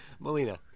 Melina